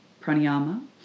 pranayama